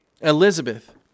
Elizabeth